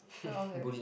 where was it